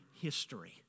history